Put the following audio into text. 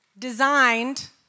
designed